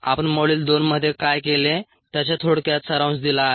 आपण मॉड्यूल 2 मध्ये काय केले त्याचा थोडक्यात सारांश दिला आहे